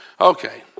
Okay